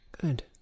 Good